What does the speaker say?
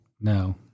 No